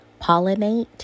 pollinate